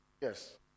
Yes